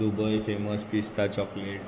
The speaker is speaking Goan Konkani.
दुबय फेमस पिस्ता चॉकलेट